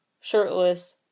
shirtless